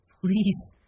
please